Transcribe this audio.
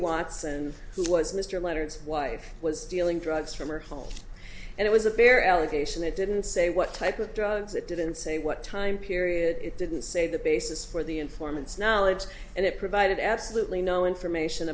watson who was mr leonard's wife was dealing drugs from her home and it was a bare allegation it didn't say what type of drugs it didn't say what time period it didn't say the basis for the informants knowledge and it provided absolutely no information